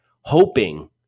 hoping